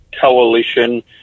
Coalition